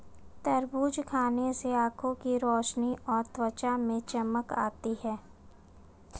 तरबूज खाने से आंखों की रोशनी और त्वचा में चमक आती है